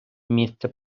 місце